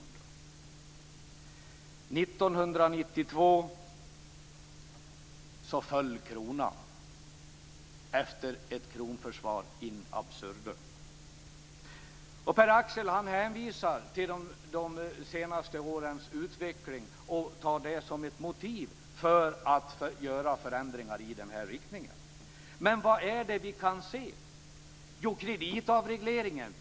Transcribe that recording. År 1992 föll kronan efter ett kronförsvar in absurdum. Pär-Axel hänvisar till de senaste årens utveckling och tar det som ett motiv för att genomföra förändringar i den här riktningen. Men vad är det vi kan se?